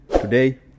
Today